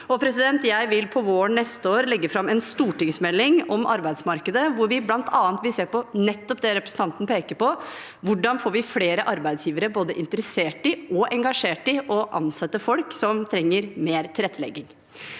Jeg vil på våren neste år legge fram en stortingsmelding om arbeidsmarkedet, hvor vi bl.a. vil se på nettopp det representanten peker på: Hvordan får vi flere arbeidsgivere både interessert i og engasjert i å ansette folk som trenger mer tilrettelegging?